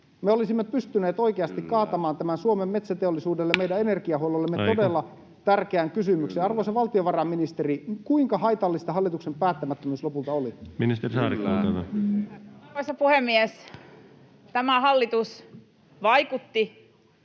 Me olisimme pystyneet oikeasti kaatamaan tämän Suomen metsäteollisuudelle, meidän energiahuollollemme, [Puhemies: Aika!] todella tärkeän kysymyksen. Arvoisa valtiovarainministeri, kuinka haitallista hallituksen päättämättömyys lopulta oli? Ministeri Saarikko,